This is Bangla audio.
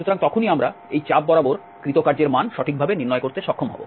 সুতরাং তখনই আমরা এই চাপ বরাবর কৃত কার্যের মান সঠিকভাবে নির্ণয় করতে সক্ষম হব